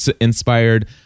inspired